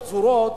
פזורות,